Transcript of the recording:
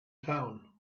town